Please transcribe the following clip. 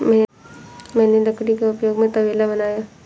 मैंने लकड़ी के उपयोग से तबेला बनाया